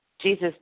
Jesus